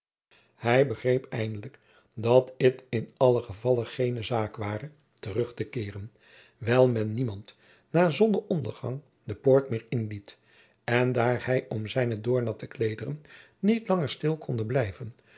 hij begreep eindelijk dat het in allen gevalle geene zaak ware terug te keeren wijl men niemand na zonnenondergang de poort meer inliet en daar hij om zijne doornatte kleederen niet langer stil konde blijven